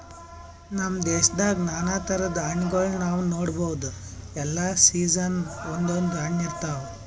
ನಮ್ ದೇಶದಾಗ್ ನಾನಾ ಥರದ್ ಹಣ್ಣಗೋಳ್ ನಾವ್ ನೋಡಬಹುದ್ ಎಲ್ಲಾ ಸೀಸನ್ಕ್ ಒಂದೊಂದ್ ಹಣ್ಣ್ ಇರ್ತವ್